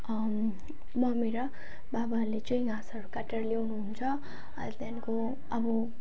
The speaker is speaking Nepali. मम्मी र बाबाहरूले चाहिँ घाँसहरू काटेर ल्याउनुहुन्छ अरू त्यहाँदेखिको अब